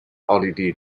奥地利